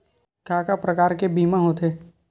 का का प्रकार के बीमा होथे?